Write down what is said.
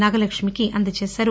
నాగలక్ష్మికి అందజేసారు